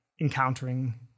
encountering